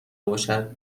باشد